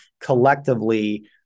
collectively